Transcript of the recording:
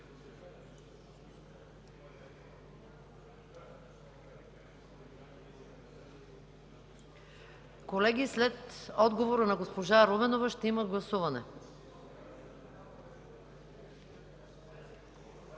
Колеги, след отговора на госпожа Руменова ще има гласуване.